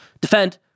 defend